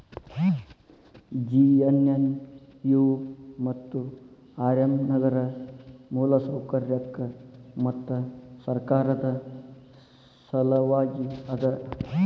JNNU ಮತ್ತು RM ನಗರ ಮೂಲಸೌಕರ್ಯಕ್ಕ ಮತ್ತು ಸರ್ಕಾರದ್ ಸಲವಾಗಿ ಅದ